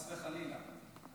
חס וחלילה.